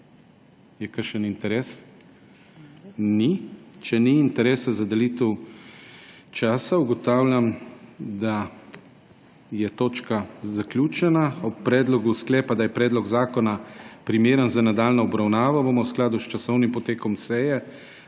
Je kakšen interes? Ni. Če ni interesa za delitev časa, ugotavljam, da je točka zaključena. O predlogu sklepa, da je predlog zakona primeren za nadaljnjo obravnavo, bomo v skladu s časovnim potekom seje